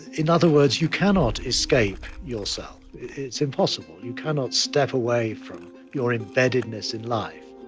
in other words, you cannot escape yourself. it's impossible. you cannot step away from your embeddedness in life